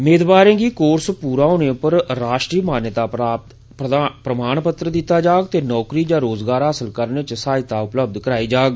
मेदवारें गी कोर्स पूरा होने पर राष्ट्रीय मान्यता प्राप्त प्रमाणपत्र दित्ता जाग ते नौकरी जां रोजगार हासल करने च सहायता उपलब्ध कराई जाग